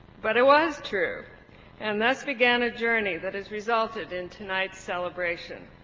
but it was true and thus began a journey that has resulted in tonight's celebration.